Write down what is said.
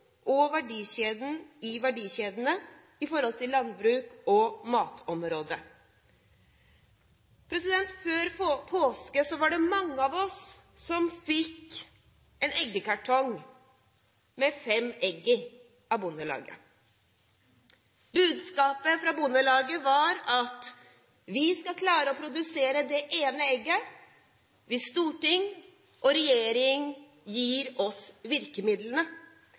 i verdikjedene på landbruks- og matområdet. Før påske var det mange av oss som fikk en eggkartong med fem egg i av Bondelaget. Budskapet fra Bondelaget var: Vi skal klare å produsere det ene egget hvis storting og regjering gir oss virkemidlene.